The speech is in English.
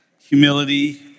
humility